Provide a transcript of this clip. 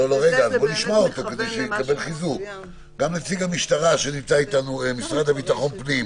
בוא נשמע את נציגת המשרד לביטחון פנים.